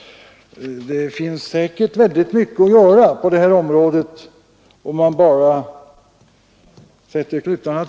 Det finns säkert väldigt mycket att göra på detta området, om man bara sätter till klutarna.